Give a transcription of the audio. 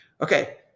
okay